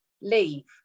leave